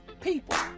people